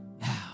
Now